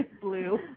blue